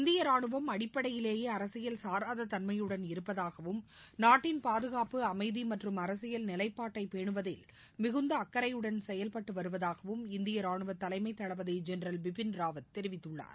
இந்தியரானுவம் அடிப்படையிலேயேஅரசியல் சாராததன்மையுடன் இருப்பதாகவும் நாட்டின் பாதுகாப்பு அமைதிமற்றும் அரசியல் நிலைப்பாட்டைபேனுவதில் மிகுந்தஅக்கறையுடன் செயல்பட்டுவருவதாகவும் இந்தியரானுவதலைமைதளபதிஜெனரல் பிபின் ராவத் தெரிவித்துள்ளார்